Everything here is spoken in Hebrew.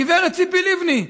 הגב' ציפי לבני.